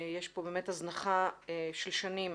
יש פה באמת הזנחה של שנים,